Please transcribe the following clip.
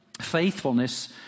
faithfulness